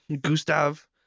Gustav